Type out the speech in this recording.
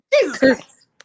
Jesus